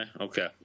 Okay